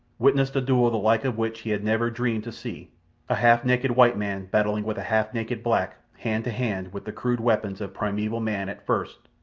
witnessed a duel, the like of which he had never dreamed to see a half-naked white man battling with a half-naked black, hand to hand with the crude weapons of primeval man at first,